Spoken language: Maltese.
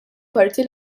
parti